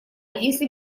если